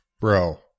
Bro